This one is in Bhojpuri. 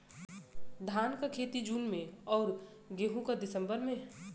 धान क खेती जून में अउर गेहूँ क दिसंबर में?